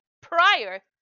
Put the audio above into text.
prior